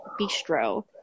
bistro